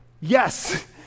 Yes